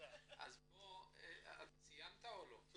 אתה סיימת או לא?